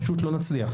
פשוט לא נצליח.